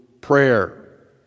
prayer